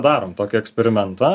darom tokį eksperimentą